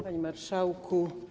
Panie Marszałku!